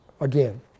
again